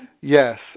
Yes